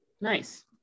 Nice